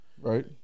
Right